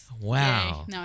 Wow